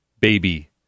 baby